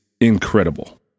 incredible